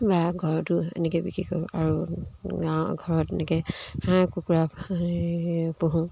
বা ঘৰতো এনেকৈ বিক্ৰী কৰোঁ আৰু গাঁৱৰ ঘৰত এনেকৈ হাঁহ কুকুৰা পোহোঁ